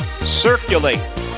circulate